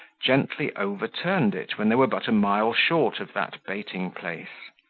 gently overturned it when they were but a mile short of that baiting-place.